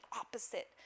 opposite